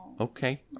okay